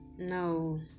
no